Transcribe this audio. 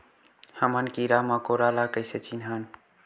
हमन कीरा मकोरा ला कइसे चिन्हन?